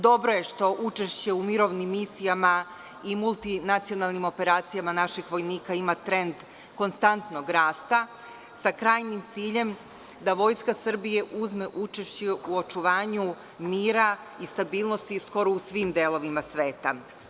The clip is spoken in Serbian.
Dobro je što učešće u mirovnim misijama i multinacionalnim operacijama naših vojnika ima trend konstantnog rasta sa krajnjim ciljem da Vojska Srbije uzme učešće u očuvanju mira, stabilnosti skoro u svim delovima sveta.